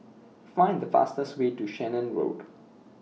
Find The fastest Way to Road